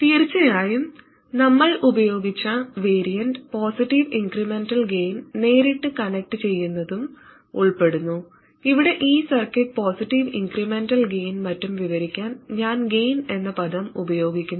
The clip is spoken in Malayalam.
തീർച്ചയായും നമ്മൾ ഉപയോഗിച്ച വേരിയന്റിൽ പോസിറ്റീവ് ഇൻക്രെമെന്റൽ ഗെയിൻ നേരിട്ട് കണക്റ്റു ചെയ്യുന്നതും ഉൾപ്പെടുന്നു ഇവിടെ ഈ സർക്യൂട്ട് പോസിറ്റീവ് ഇൻക്രിമെന്റൽ ഗെയിൻ മറ്റും വിവരിക്കാൻ ഞാൻ ഗെയിൻ എന്ന പദം ഉപയോഗിക്കുന്നു